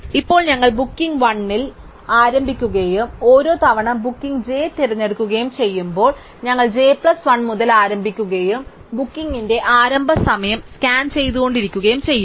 ഇപ്പോൾ ഞങ്ങൾ ബുക്കിംഗ് 1 ൽ ആരംഭിക്കുകയും ഓരോ തവണ ബുക്കിംഗ് j തിരഞ്ഞെടുക്കുകയും ചെയ്യുമ്പോൾ ഞങ്ങൾ j പ്ലസ് 1 മുതൽ ആരംഭിക്കുകയും ബുക്കിംഗിന്റെ ആരംഭ സമയം സ്കാൻ ചെയ്തുകൊണ്ടിരിക്കുകയും ചെയ്യും